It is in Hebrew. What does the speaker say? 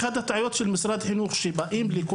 אחת הטעויות של משרד החינוך היא שהוא בא לכל